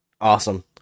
Awesome